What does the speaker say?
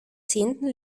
zehnten